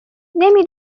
نمی